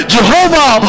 Jehovah